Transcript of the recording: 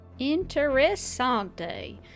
Interessante